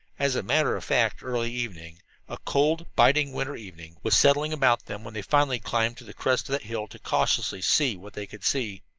as a matter of fact, early evening a cold, biting winter evening was settling about them when they finally climbed to the crest of that hill to cautiously see what they could see.